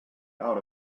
out